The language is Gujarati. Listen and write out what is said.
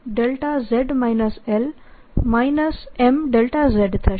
MMδz L Mδ થશે